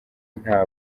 nta